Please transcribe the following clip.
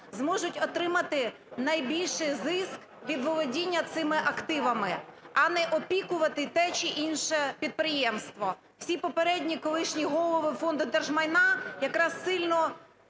зможуть отримати найбільший зиск від володіння цими активами, а не опікувати те чи інше підприємство. Всі попередні колишні голови Фонду держмайна якраз сильно